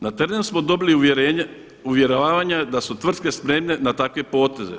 Na terenu smo dobili uvjeravanja da su tvrtke spremne na takve poteze.